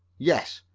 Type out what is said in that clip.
yes.